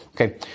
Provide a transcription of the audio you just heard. Okay